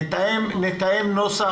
נתאם נוסח,